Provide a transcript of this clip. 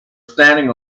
standing